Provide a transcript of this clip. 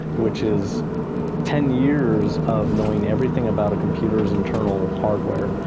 which is ten years of knowing everything about a computer's internal hardware,